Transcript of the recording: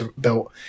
built